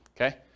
okay